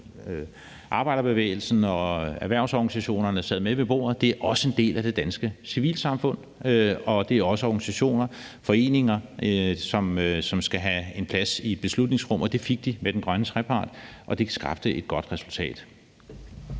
arbejderbevægelsen og erhvervsorganisationer sidder med ved bordet, og det er også en del af det danske civilsamfund, og det er også organisationer og foreninger, som skal have en plads i beslutningsrummet, og det fik de med den grønne trepart, og det skabte et godt resultat.